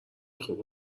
خوب